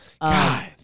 God